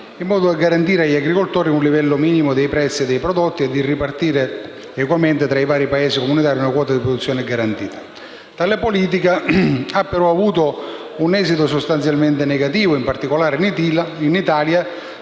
in modo da garantire agli agricoltori un livello minimo dei prezzi dei prodotti e di ripartire equamente tra i vari Paesi comunitari una quota di produzione garantita. Tale politica ha però avuto un esito sostanzialmente negativo, in particolare per l'Italia